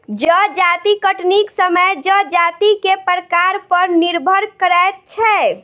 जजाति कटनीक समय जजाति के प्रकार पर निर्भर करैत छै